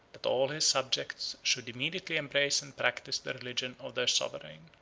that all his subjects should immediately embrace and practise the religion of their sovereign.